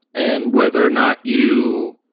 and whether or not you